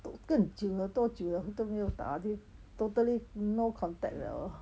都更久了多久了都没有大的 totally no contact liao